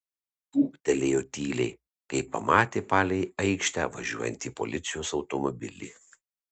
šūktelėjo tyliai kai pamatė palei aikštę važiuojantį policijos automobilį